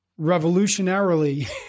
Revolutionarily